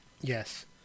Yes